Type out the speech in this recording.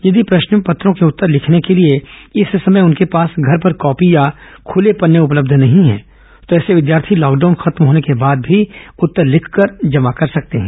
यदि प्रश्न पत्रों के उत्तर लिखने के लिए इस समय उनके पास घर पर कॉपी या खूले पन्ने उपलब्ध नही हैं तो ऐसे विद्यार्थी लॉकडाउन खत्म होने के बाद भी उत्तर लिखकर जमा कर सकते हैं